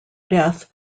death